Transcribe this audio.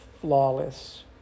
flawless